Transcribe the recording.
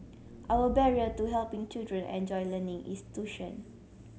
our barrier to helping children enjoy learning is tuition